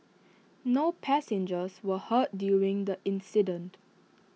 no passengers were hurt during the incident